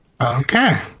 Okay